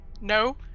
No